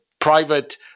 private